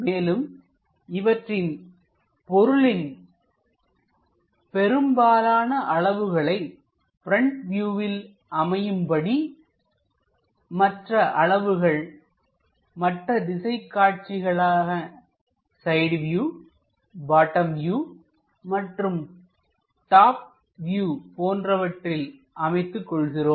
மேலும் இவற்றின் பொருளின் பெரும்பாலான அளவுகளை பிரண்ட் வியூவில் அமையும்படியும் மற்ற அளவுகள் மற்ற திசை காட்சிகளான சைடு வியூ பாட்டம் வியூ மற்றும் டாப் வியூ போன்றவற்றில் அமைத்துக் கொள்கிறோம்